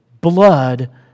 blood